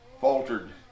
faltered